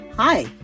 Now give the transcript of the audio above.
Hi